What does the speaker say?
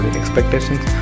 expectations